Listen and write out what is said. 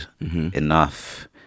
enough